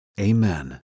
amen